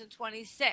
2026